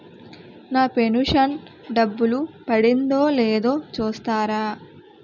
నా pension డబ్బులు పడిందో లేదో చూస్తారా?